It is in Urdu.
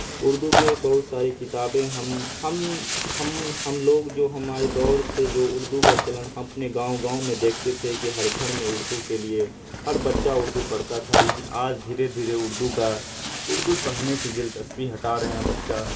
اردو کے بہت ساری کتابیں ہم ہم ہم ہم لوگ جو ہمارے دور سے جو اردو کا چلن ہم اپنے گاؤں گاؤں میں دیکھتے تھے کہ ہر گھر میں اردو کے لیے ہر بچہ اردو پڑھتا تھا لیکن آج دھیرے دھیرے اردو کا اردو پڑھنے سے دلچسپی ہٹا رہے ہیں بچہ